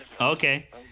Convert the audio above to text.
Okay